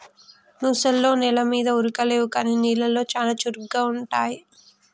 ముసల్లో నెల మీద ఉరకలేవు కానీ నీళ్లలో చాలా చురుగ్గా ఉంటాయి